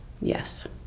Yes